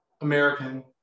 American